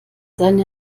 seine